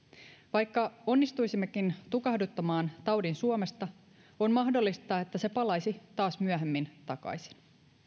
vaikka onnistuisimmekin tukahduttamaan taudin suomesta on mahdollista että se palaisi taas myöhemmin takaisin